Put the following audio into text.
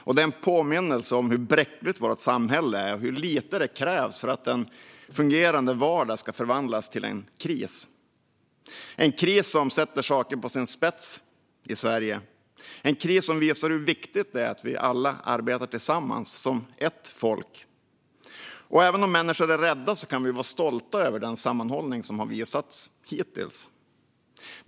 Det är en påminnelse om hur bräckligt vårt samhälle är och om hur lite det krävs för att en fungerande vardag ska förvandlas till en kris - en kris som sätter saker på sin spets även i Sverige och som visar hur viktigt det är att vi alla arbetar tillsammans som ett folk. Och även om människor är rädda kan vi vara stolta över den sammanhållning vi har visat hittills.